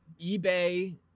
eBay